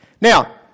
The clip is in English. Now